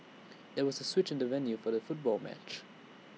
there was A switch in the venue for the football match